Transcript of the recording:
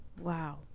Wow